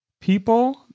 people